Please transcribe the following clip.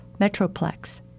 Metroplex